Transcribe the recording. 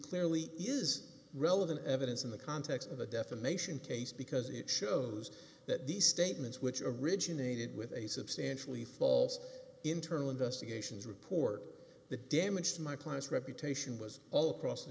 clearly is relevant evidence in the context of a defamation case because it shows that these statements which originated with a substantially false internal investigations report the damage to my client's reputation was all across the